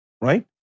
right